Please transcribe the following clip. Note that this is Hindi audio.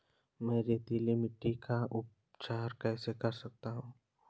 मैं रेतीली मिट्टी का उपचार कैसे कर सकता हूँ?